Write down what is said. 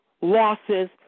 losses